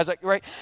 Right